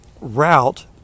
route